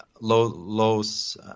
Los